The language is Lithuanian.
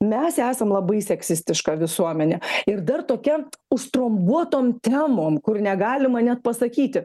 mes esam labai seksistiška visuomenė ir dar tokia užtrombuotom temom kur negalima net pasakyti